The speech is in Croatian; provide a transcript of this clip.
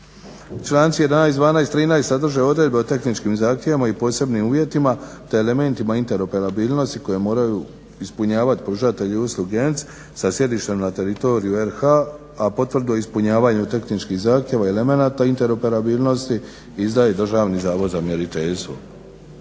Članci 11., 12., 13. sadrže odredbe o tehničkim zahtjevima i posebnim uvjetima te elementima interoperabilnosti koje moraju ispunjavat pružatelji usluge ENC sa sjedištem na teritoriju RH, a potvrdu o ispunjavanju tehničkih zahtjeva i elemenata interoperabilnosti izdaje Državni zavod za mjeriteljstvo.